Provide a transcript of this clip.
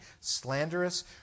slanderous